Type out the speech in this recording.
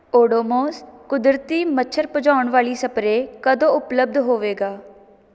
ਓਡੋਮੋਸ ਕੁਦਰਤੀ ਮੱਛਰ ਭਜਾਉਣ ਵਾਲੀ ਸਪਰੇਅ ਕਦੋਂ ਉਪਲਬਧ ਹੋਵੇਗਾ